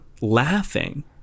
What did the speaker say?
laughing